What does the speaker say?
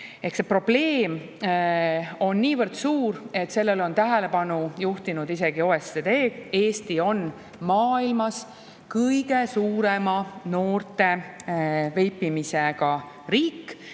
See probleem on niivõrd suur, et sellele on tähelepanu juhtinud isegi OECD. Eesti on maailmas kõige suurema noorte veipimisega riik,